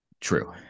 True